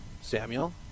Samuel